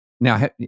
Now